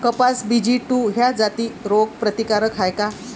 कपास B G two ह्या जाती रोग प्रतिकारक हाये का?